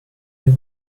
you